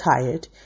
tired